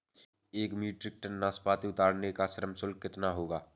एक metric tonne नाशपाती उतारने का श्रम शुल्क कितना होगा?